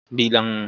bilang